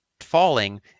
falling